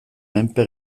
menpe